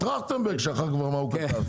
טרכטנברג כבר שכח מה הוא כתב.